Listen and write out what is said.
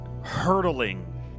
hurtling